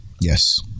Yes